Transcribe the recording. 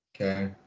Okay